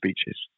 speeches